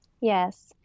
Yes